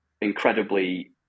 incredibly